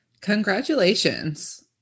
Congratulations